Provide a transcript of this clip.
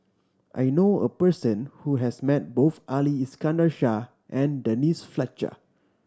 I knew a person who has met both Ali Iskandar Shah and Denise Fletcher